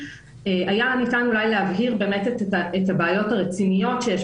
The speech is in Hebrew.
היה ניתן אולי להבהיר באמת את הבעיות הרציניות שיש